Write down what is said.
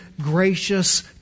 gracious